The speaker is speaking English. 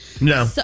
No